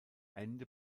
ende